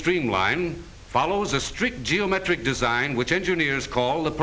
streamline follows a strict geometric design which engineers call